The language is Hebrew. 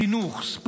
חינוך, ספורט,